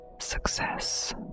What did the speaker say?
success